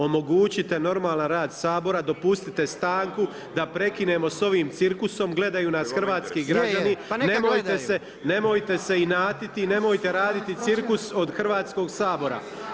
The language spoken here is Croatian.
Omogućite normalan rad Sabora, dopustite stanku da prekinemo sa ovim cirkusom, gledaju nas hrvatski građani, nemojte se inatiti, nemojte raditi cirkus od Hrvatskog sabora.